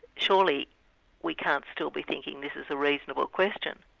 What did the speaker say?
surely we can't still be thinking this is a reasonable question?